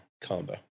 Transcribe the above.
combo